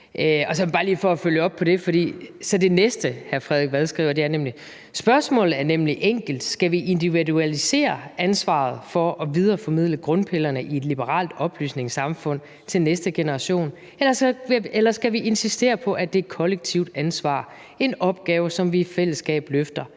»Spørgsmålet er nemlig enkelt: Skal vi individualisere ansvaret for at videreformidle grundpillerne i et liberalt oplysningssamfund til næste generation? Eller skal vi insistere på, at det er et kollektivt ansvar? En opgave, som vi i fællesskab løfter?